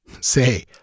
Say